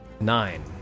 Nine